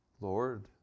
Lord